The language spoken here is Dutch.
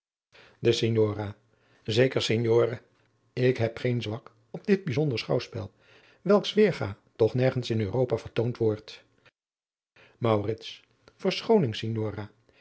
signora zeker signore ik heb geen zwak op dit bijzonder schouwspel welks weergaê toch nergens in europa vertoond wordt